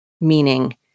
meaning